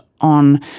on